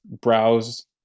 browse